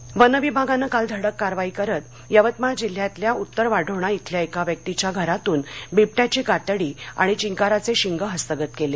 यवतमाळ वनविभागाने काल धडक कारवाई करत यवतमाळ जिल्ह्यातल्या उत्तरवाढोणा शिल्या एका व्यक्तीच्या घरातून बिबट्याची कातडी आणि चिंकाराचे शिंग हस्तगत केले